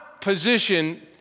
position